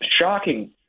shocking